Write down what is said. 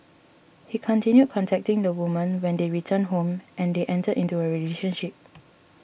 he continued contacting the woman when they returned home and they entered into a relationship